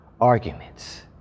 arguments